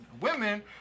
women